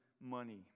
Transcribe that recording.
money